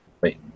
Wait